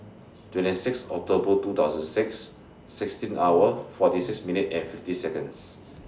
twenty six October two thousand six sixteen hour forty six minute and fifty Seconds